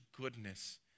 goodness